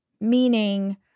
meaning